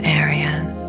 areas